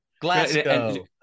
Glasgow